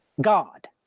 God